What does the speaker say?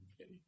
Okay